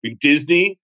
Disney